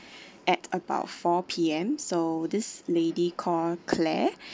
at about four P_M so this lady called claire